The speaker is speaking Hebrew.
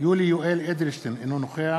יולי יואל אדלשטיין, אינו נוכח